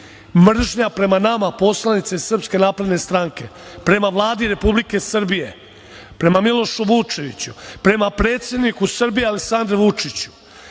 mržnja prema nama poslanicima SNS, prema Vladi Republike Srbije, prema Milošu Vučeviću, prema predsedniku Srbije Aleksandru Vučiću,